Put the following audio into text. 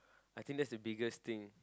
I think that's the biggest thing